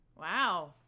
Wow